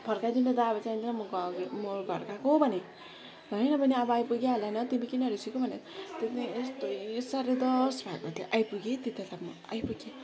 फर्काइदिनु दादा अब चाहिँदैन घर म घर गएको भने होइन बहिनी अब आइपुगिहाले तिमी किन रिसाएको भन्यो यस्तै साढे दस भएको थियो आइपुग्यो है त्यो दादा म भएकोमा आइपुग्यो